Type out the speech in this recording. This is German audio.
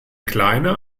kleine